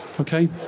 okay